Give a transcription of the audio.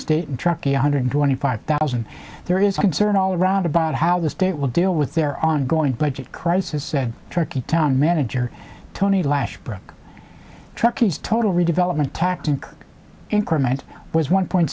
state trucking one hundred twenty five thousand there is concern all around about how the state will deal with their ongoing budget crisis said turkey town manager tony lash broke truckies total redevelopment tactic increment was one point